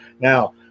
now